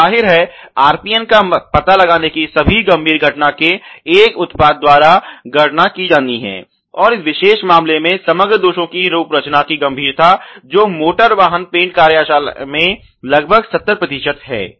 तो जाहिर है RPN का पता लगाने की सभी गंभीर घटना के एक उत्पाद द्वारा गणना की जानी है और इस विशेष मामले में समग्र दोषों की रूपरचना की गंभीरता जो मोटर वाहन पेंट कार्यशाला में लगभग 70 प्रतिशत है